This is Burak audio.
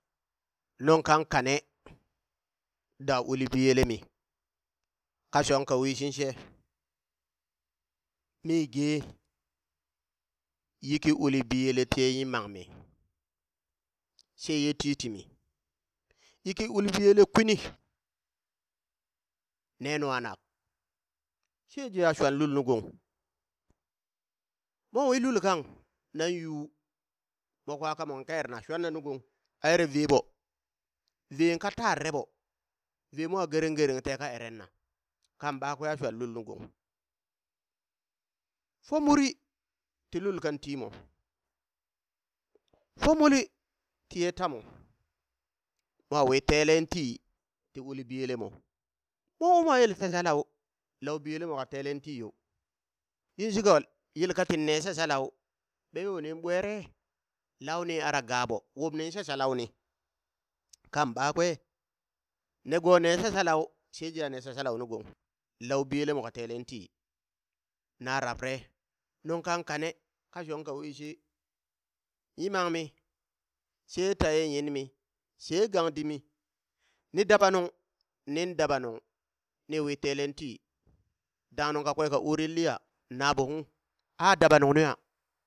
Nung kan kane da uli biyelemi, ka shong ka wishit she mi ge yiki uli biyele tiye gmi, sheye titimi, yiki uli biyele kwini ne nungha nak shejeha shwan lul nu gong, mon wi lul kang, nan yuu mo kwa ka mon ka erna shwanna nu gong a ere ve ɓo ven ka tarareɓo, vee mo gereng gereng te ka eren na kan ɓakwe shwan lul nu gong, fo muri ti lul kan timo, fo muli tiye tamo mwa wi telen tii ti uli biyelemo, mwa u mwa yele shashalau lau biyele mo ka telen ti yo, yinshika yel katin ne shashalau ɓeyo nin ɓwere launi ara ga ɓo wubnin shashalauni kan ɓakwe ne go ne shashalau shejeha ne shashalau nu gong lau biyelemo ka telen tii, na rabrare nung kan kane ka shong ka wishit yimammi she taye nyinmi she gang dimi ni daba nung, ning daba nung, ni wi telen tii dangha nunka kwe ka urin liya naɓo ung aa daba nung nuya.